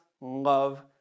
love